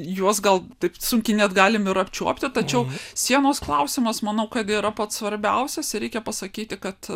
juos gal taip sunkiai net galim ir apčiuopti tačiau sienos klausimas manau kad yra pats svarbiausias ir reikia pasakyti kad